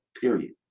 period